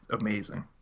amazing